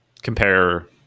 compare